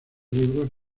libros